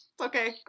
Okay